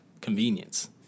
convenience